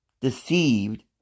deceived